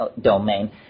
domain